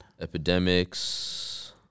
epidemics